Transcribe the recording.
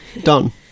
Done